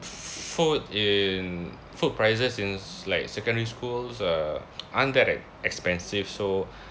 food in food prices in like secondary schools are aren't that ex~ expensive so